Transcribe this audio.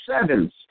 sevens